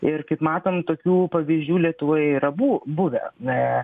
ir kaip matom tokių pavyzdžių lietuvoje yra abu buvę na